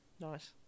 Nice